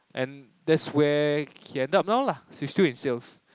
and that's where he end up now lah he's still in sales